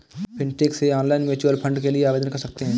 fintech से online mutual fund के लिए आवेदन कर सकते हैं